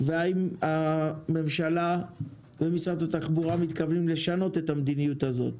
והאם הממשלה ומשרד התחבורה מתכוונים לשנות את המדיניות הזאת.